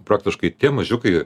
praktiškai tie mažiukai